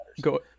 go